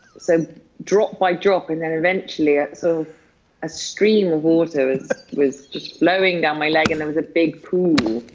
so drop by drop, and then eventually sort ah so of a stream of water was just flowing down my leg, and there was a big pool,